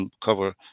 cover